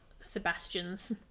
Sebastians